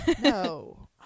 no